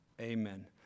Amen